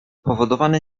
powodowany